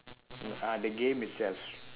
mm ah the game itself